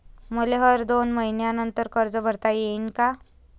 मले हर दोन मयीन्यानंतर कर्ज भरता येईन का?